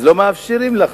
אז לא מאפשרים לך,